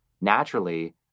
naturally